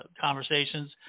conversations